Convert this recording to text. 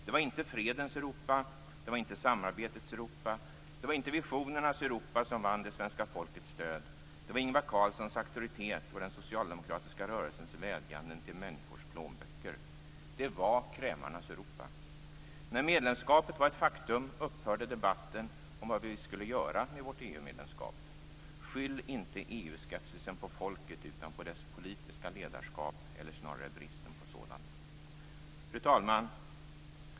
Det var inte fredens Europa, det var inte samarbetets Europa och det var inte visionernas Europa som vann det svenska folkets stöd. Det var Ingvar Carlssons auktoritet och den socialdemokratiska rörelsens vädjanden till människors plånböcker. Det var krämarnas Europa. När medlemskapet var ett faktum, upphörde debatten om vad vi skulle göra med vårt EU medlemskap. Skyll inte EU-skepsisen på folket utan på det politiska ledarskapet eller snarare bristen på sådant. Fru talman!